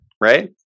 right